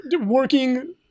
Working